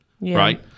right